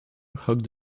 hugged